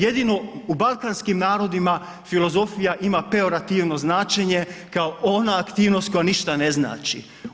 Jedino u balkanskim narodima filozofija ima peorativno značenje kao ona aktivnost koja ništa ne znači.